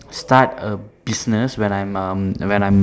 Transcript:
start a business when I'm um when I'm